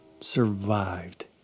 survived